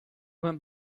went